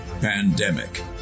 pandemic